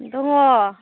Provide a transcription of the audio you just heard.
दङ